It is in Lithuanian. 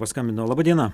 paskambino laba diena